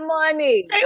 money